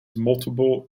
multiple